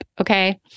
Okay